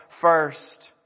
first